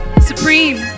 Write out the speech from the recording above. Supreme